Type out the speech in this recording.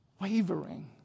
Wavering